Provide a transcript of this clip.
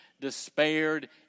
despaired